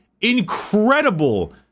incredible